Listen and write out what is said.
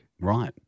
Right